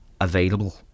available